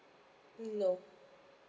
no